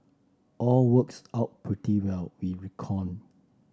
all works out pretty well we reckon